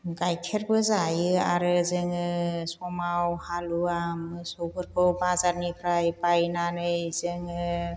गाइखेरबो जायो आरो जोङो समाव हालुवा मोसौफोरखौ बाजारनिफ्राय बायनानै जोङो